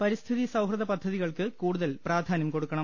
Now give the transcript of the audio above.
പരിസ്ഥിതി സൌഹൃദ പദ്ധതികൾക്ക് കൂടുതൽ പ്രാധാനൃം കൊടുക്കണം